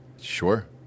Sure